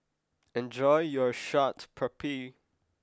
enjoy your Chaat Papri